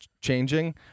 changing